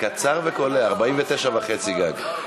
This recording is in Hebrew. קצר וקולע, 49 וחצי גג.